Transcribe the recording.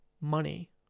money